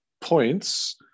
points